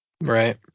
Right